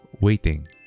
waiting